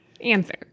Answer